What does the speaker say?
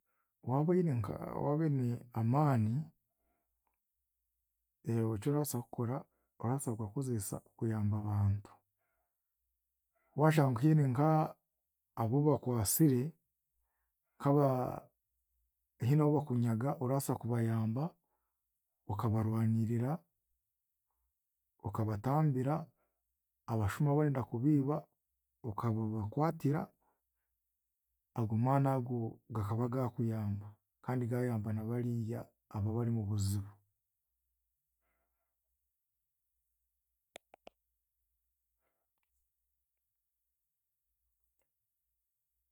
Waaba oine nka- waaba oine amaani, ekyorabaasa kukora, orabaasa kugakozesa kuyamba abantu, waashanga haine nk'abu bakwasire haaba haine obu bakunyaga orabaasa kubayamba okabarwanirira, okabatambira abashuma abarenda kubaiba, okababakwatira ago maani ago gakaba gaakuyamba kandi gaayamba nabariiya abaaba bari mubuzibu.